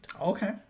Okay